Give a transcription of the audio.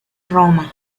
roma